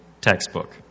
textbook